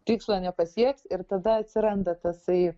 tikslo nepasieks ir tada atsiranda tasai